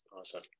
awesome